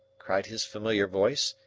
cried his familiar voice.